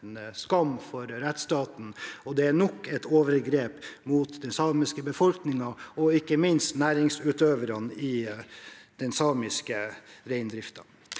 skam for rettsstaten. Det er nok et overgrep mot den samiske befolkningen og ikke minst næringsutøverne i den samiske reindriften.